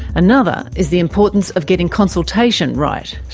another is the importance of getting consultation right.